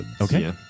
Okay